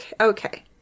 okay